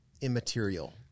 immaterial